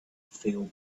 feel